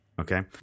Okay